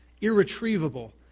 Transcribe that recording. irretrievable